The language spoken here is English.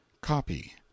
COPY